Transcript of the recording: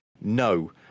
No